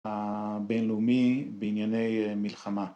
‫הבינלאומי בענייני מלחמה.